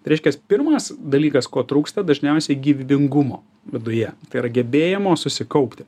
tai reiškias pirmas dalykas ko trūksta dažniausiai gyvybingumo viduje tai yra gebėjimo susikaupti